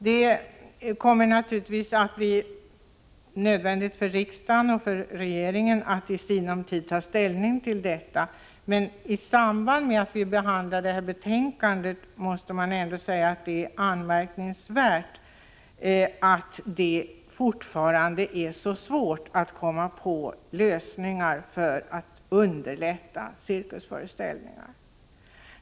Det kommer naturligtvis att bli nödvändigt för riksdagen och för regeringen att i sinom tid ta ställning till 83 detta, men i samband med att vi behandlar det föreliggande utskottsbetänkandet måste man säga att det är anmärkningsvärt att det fortfarande är så svårt att komma på lösningar för att underlätta cirkusföreställningar.